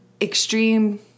extreme